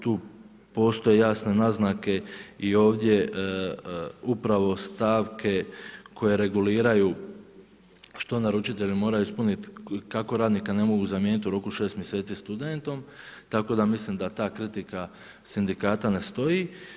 Tu postoje jasne naznake i ovdje upravo stavke koje reguliraju što naručitelj mora ispunit, kako radnika ne mogu zamijenit u roku 6 mjeseci studentom, tako da mislim da ta kritika sindikata ne stoji.